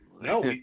No